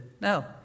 No